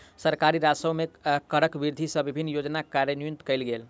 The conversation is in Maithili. सरकारी राजस्व मे करक वृद्धि सँ विभिन्न योजना कार्यान्वित कयल गेल